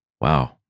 wow